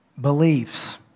beliefs